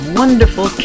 wonderful